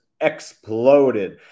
exploded